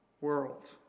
world